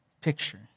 picture